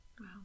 Wow